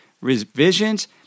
revisions